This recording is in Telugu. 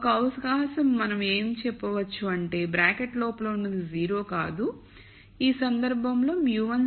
ఒక అవకాశం మనము ఏం చెప్పవచ్చు అంటే బ్రాకెట్ లోపల ఉన్నది 0 కాదు ఈ సందర్భంలో μ1 0 అయ్యి ఉండాలి